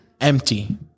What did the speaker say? empty